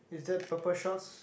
is there purple shorts